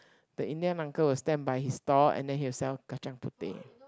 the Indian uncle will stand by his store and then he will sell kacang-puteh